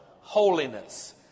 holiness